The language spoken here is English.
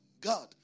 God